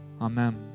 Amen